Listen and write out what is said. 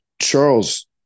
Charles